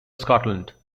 scotland